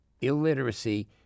Illiteracy